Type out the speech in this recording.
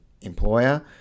employer